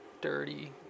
dirty